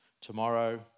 Tomorrow